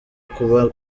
kuba